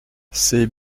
c’est